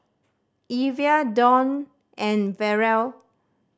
Evia Dionne and Ferrell